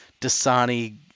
Dasani